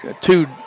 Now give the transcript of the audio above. two